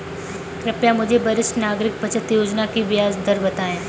कृपया मुझे वरिष्ठ नागरिक बचत योजना की ब्याज दर बताएं